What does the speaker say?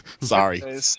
sorry